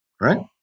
right